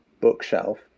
bookshelf